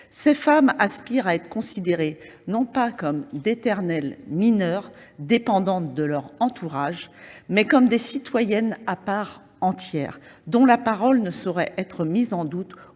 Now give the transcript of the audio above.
Ces femmes aspirent à être considérées non comme d'« éternelles mineures » dépendantes de leur entourage, mais comme des citoyennes à part entière dont la parole ne saurait être mise en doute